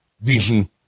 vision